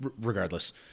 regardless